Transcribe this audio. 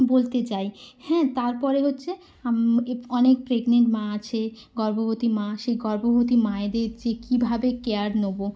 বলতে চাই হ্যাঁ তার পরে হচ্ছে এ অনেক প্রেগনেন্ট মা আছে গর্ভবতী মা সেই গর্ভবতী মায়েদের যে কীভাবে কেয়ার নেব